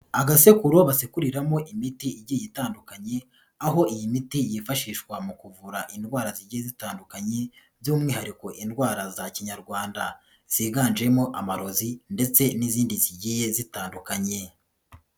Agasekuro basekuriramo imiti igiye itandukanye, aho iyi miti yifashishwa mu kuvura indwara zigiye zitandukanye by'umwihariko indwara za kinyarwanda. Ziganjemo amarozi ndetse n'izindi zigiye zitandukanye.